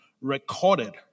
recorded